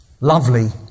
lovely